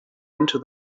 into